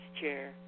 chair